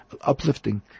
uplifting